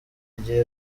igihe